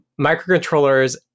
microcontrollers